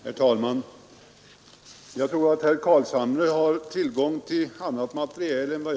Herr talman! Herr Carlshamre måtte ha tillgång till annat material än jag.